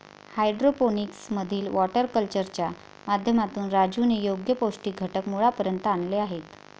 hydroponics मधील water कल्चरच्या माध्यमातून राजूने योग्य पौष्टिक घटक मुळापर्यंत आणले आहेत